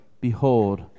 behold